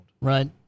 Right